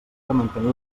mantenir